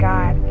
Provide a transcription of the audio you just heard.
God